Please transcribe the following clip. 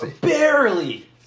Barely